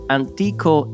antico